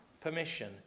permission